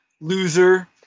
Loser